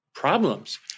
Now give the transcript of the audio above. problems